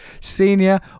senior